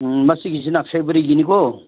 ꯎꯝ ꯃꯁꯤꯒꯤꯁꯤꯅ ꯐꯦꯕ꯭ꯋꯥꯔꯤꯒꯤꯅꯤ ꯀꯣ